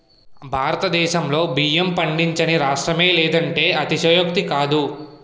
భారతదేశంలో బియ్యం పండించని రాష్ట్రమే లేదంటే అతిశయోక్తి కాదు